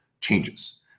changes